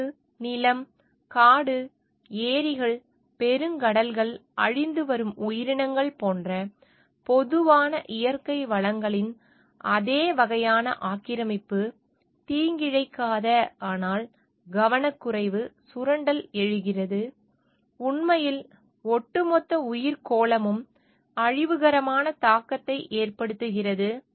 காற்று நிலம் காடு ஏரிகள் பெருங்கடல்கள் அழிந்து வரும் உயிரினங்கள் போன்ற பொதுவான இயற்கை வளங்களின் அதே வகையான ஆக்கிரமிப்பு தீங்கிழைக்காத ஆனால் கவனக்குறைவு சுரண்டல் எழுகிறது உண்மையில் ஒட்டுமொத்த உயிர்க்கோளமும் அழிவுகரமான தாக்கத்தை ஏற்படுத்துகிறது